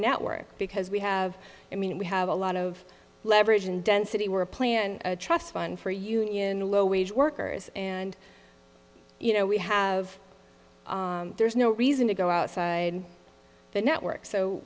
network because we have i mean we have a lot of leverage and density were a plan and a trust fund for union low wage workers and you know we have there's no reason to go outside the network so